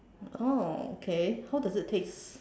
oh okay how does it taste